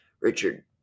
Richard